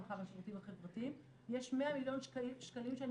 הרווחה והשירותים החברתיים יש 100 מיליון שקלים שאני